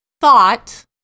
thought